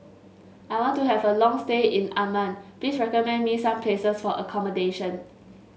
I want to have a long stay in Amman please recommend me some places for accommodation